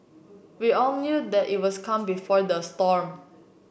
we all knew that it was calm before the storm